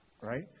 right